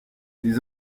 les